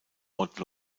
haute